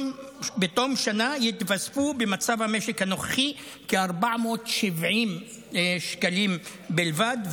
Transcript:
בתום שנה יתווספו במצב המשק הנוכחי כ-470 שקלים בלבד,